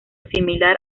similar